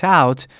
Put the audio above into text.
out